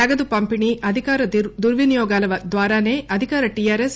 నగదు పంపిణీ అధికార దుర్వినియోగాల ద్వారానే అధికార టీఆర్ఎస్